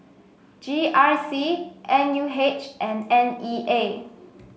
G R C N U H and N E A